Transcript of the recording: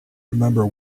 remember